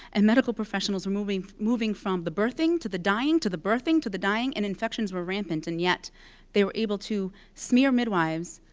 and medical professionals were moving moving from the birthing to the dying to the birthing to the dying, and infections were rampant. and yet they were able to smear midwives,